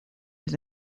his